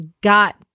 got